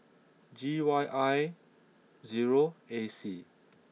G Y I zero A C